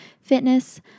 fitness